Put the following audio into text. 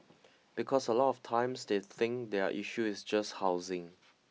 because a lot of times they think their issue is just housing